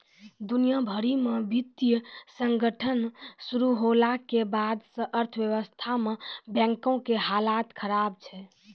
दुनिया भरि मे वित्तीय संकट शुरू होला के बाद से अर्थव्यवस्था मे बैंको के हालत खराब छै